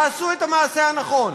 תעשו את המעשה הנכון.